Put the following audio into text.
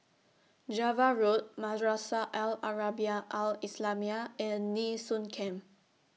Java Road Madrasah Al Arabiah Al Islamiah and Nee Soon Camp